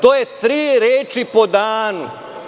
To je tri reči po danu.